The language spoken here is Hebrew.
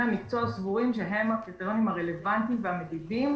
המקצוע סבורים שהם הקריטריונים הרלוונטיים והמדידים,